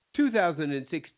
2016